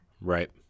Right